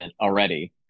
already